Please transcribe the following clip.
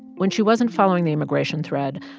when she wasn't following the immigration thread,